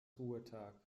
ruhetag